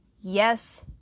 Yes